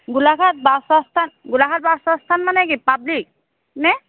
Golaghat bus আস্থান Golaghat bus আস্থান মানে কি পাব্লিক নে